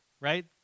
right